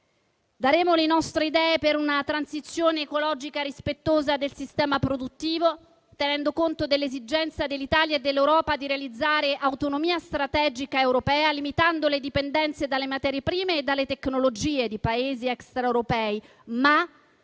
Daremo le nostre idee per una transizione ecologica rispettosa del sistema produttivo, tenendo conto dell'esigenza dell'Italia e dell'Europa di realizzare l'autonomia strategica europea, limitando le dipendenze dalle materie prime e dalle tecnologie di Paesi extraeuropei, ma